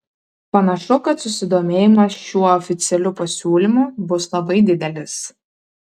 panašu kad susidomėjimas šiuo oficialiu pasiūlymu bus labai didelis